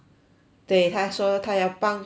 对她说她要帮助那些